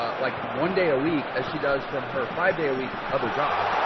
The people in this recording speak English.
ah like one day a week as she does from her five day a week. other job